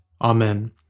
Amen